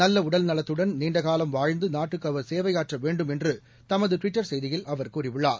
நல்ல உடல்நலத்துடன் நீண்ட காலம் வாழ்ந்து நாட்டுக்கு அவர் சேவையாற்ற வேண்டும் என்று தமது ட்விட்டர் செய்தியில் கூறியுள்ளார்